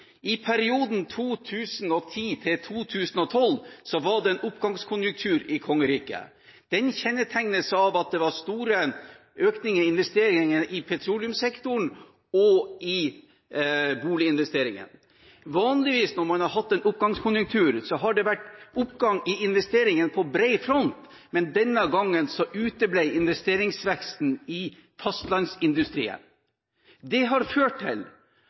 I perioden 2010–2012 var det en oppgangskonjunktur i kongeriket. Den kjennetegnes av at det var store økninger i investeringer i petroleumssektoren og i boliginvesteringene. Vanligvis når man har hatt en oppgangskonjunktur, har det vært oppgang i investeringene på bred front, men denne gangen uteble investeringsveksten i fastlandsindustrien. Det har ført til